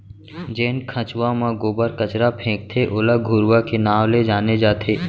जेन खंचवा म गोबर कचरा फेकथे ओला घुरूवा के नांव ले जाने जाथे